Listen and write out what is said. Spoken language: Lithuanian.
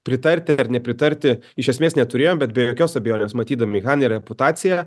pritarti ar nepritarti iš esmės neturėjom bet be jokios abejonės matydami haner reputaciją